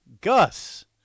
Gus